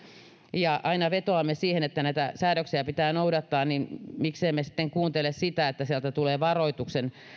ja aina vetoamme siihen että näitä säädöksiä pitää noudattaa niin miksi emme sitten kuuntele sitä että sieltä tulee varoituksen